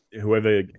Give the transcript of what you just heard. whoever